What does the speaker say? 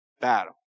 battle